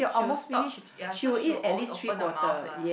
she will stop ya so she will always open the mouth lah